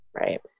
right